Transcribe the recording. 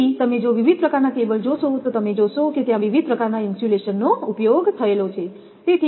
તેથી તમે જો વિવિધ પ્રકારનાં કેબલ્સ જોશો તો તમે જોશો કે ત્યાં વિવિધ પ્રકારનાં ઇન્સ્યુલેશનનો ઉપયોગ થાય છે